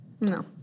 No